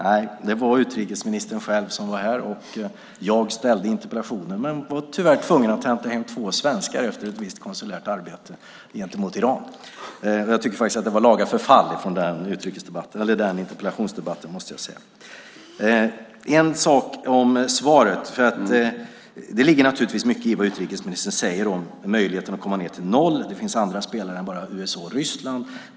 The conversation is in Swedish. Nej, det var utrikesministern själv som var här, och jag hade ställt interpellationen men var tyvärr tvungen att hämta hem två svenskar efter ett visst konsulärt arbete gentemot Iran. Jag tycker faktiskt att det var laga förfall att inte närvara i den interpellationsdebatten; det måste jag säga. Sedan vill jag säga en sak om svaret. Det ligger naturligtvis mycket i vad utrikesministern säger om möjligheten att komma ned till noll. Det finns andra spelare än bara USA och Ryssland.